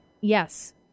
yes